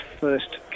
first